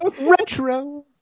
retro